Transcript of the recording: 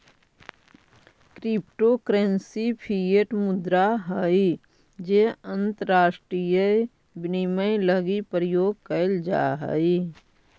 crypto currency fiat मुद्रा हइ जे अंतरराष्ट्रीय विनिमय लगी प्रयोग कैल जा हइ